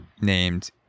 named